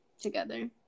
together